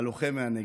הלוחם מהנגב.